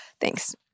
Thanks